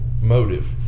motive